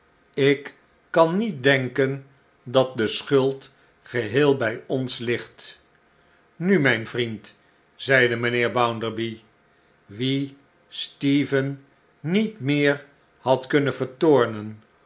ik kan niet denken dat de schuld geheel bij ons ligt nu mijn vriend zeide mijnheer bounderby wien stephen niet meer had kunnen vertoornen